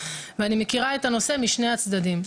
ואני מכירה את הנושא משני הצדדים.